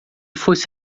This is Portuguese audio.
fosse